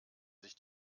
sich